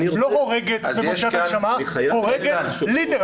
לא הורגת את הנשמה, הורגת literally,